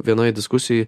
vienoj diskusijoj